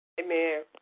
amen